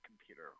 computer